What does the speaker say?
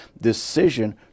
decision